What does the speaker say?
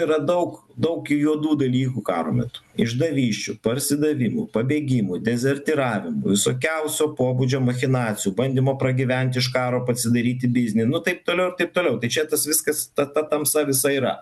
yra daug daug juodų dalykų karo metu išdavysčių parsidavimų pabėgimų dezertyravimų visokiausio pobūdžio machinacijų bandymo pragyvent iš karo pasidaryti biznį nu taip toliau ir taip toliau tai čia tas viskas ta ta tamsa visa yra